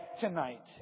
tonight